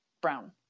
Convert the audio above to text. brown